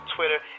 Twitter